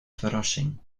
verrassing